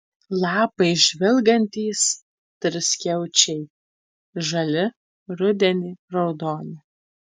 lapai žvilgantys triskiaučiai žali rudenį raudoni